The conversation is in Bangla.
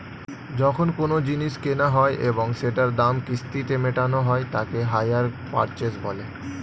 যখন কোনো জিনিস কেনা হয় এবং সেটার দাম কিস্তিতে মেটানো হয় তাকে হাইয়ার পারচেস বলে